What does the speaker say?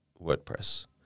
WordPress